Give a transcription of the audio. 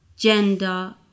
gender